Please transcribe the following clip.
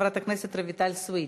חברת הכנסת רויטל סויד.